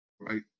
Right